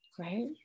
right